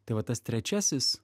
tai vat tas trečiasis